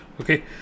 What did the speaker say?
Okay